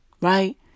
Right